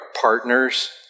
partners